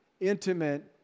intimate